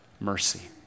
mercy